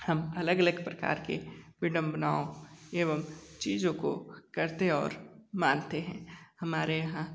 हम अलग अलग प्रकार के विडंबनाओं एवं चीज़ों को करते और मानते हैं हमारे यहाँ